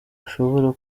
ashobora